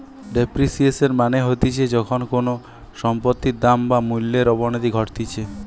depreciation মানে হতিছে যখন কোনো সম্পত্তির দাম বা মূল্যর অবনতি ঘটতিছে